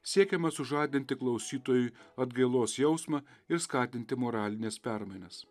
siekiama sužadinti klausytojui atgailos jausmą ir skatinti moralines permainas